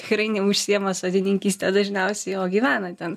tikrai neužsiima sodininkyste dažniausiai o gyvenana ten